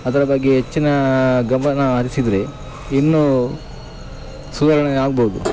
ಅದರ ಬಗ್ಗೆ ಹೆಚ್ಚಿನ ಗಮನ ಹರಿಸಿದ್ರೆ ಇನ್ನೂ ಸುಧಾರಣೆ ಆಗ್ಬೌದು